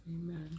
Amen